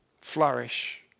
flourish